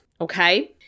okay